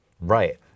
Right